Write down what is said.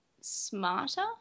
smarter